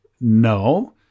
no